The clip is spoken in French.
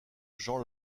jean